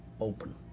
open